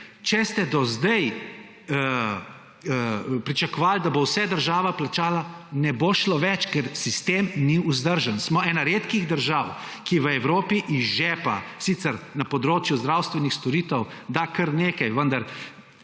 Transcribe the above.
Če ste do sedaj pričakovali, da bo vse država plačala – ne bo šlo več, ker sistem ni vzdržen. Smo ena redkih držav, ki v Evropi iz žepa sicer na področju zdravstvenih storitev da kar nekaj, vendar